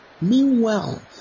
Meanwhile